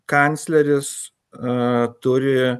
kancleris a turi